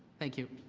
thank you.